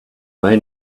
may